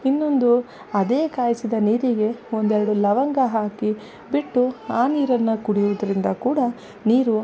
ಇನ್ನೊಂದು ಅದೇ ಕಾಯಿಸಿದ ನೀರಿಗೆ ಒಂದೆರಡು ಲವಂಗ ಹಾಕಿ ಬಿಟ್ಟು ಆ ನೀರನ್ನು ಕುಡಿಯೋದರಿಂದ ಕೂಡ ನೀರು